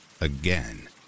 Again